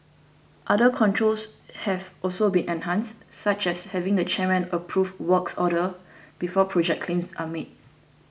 other controls have also been enhanced such as having the chairman approve works orders before project claims are made